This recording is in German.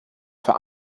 für